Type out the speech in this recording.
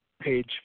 Page